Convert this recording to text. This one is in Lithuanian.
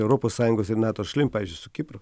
europos sąjungos ir nato šalim pavyzdžiui su kipru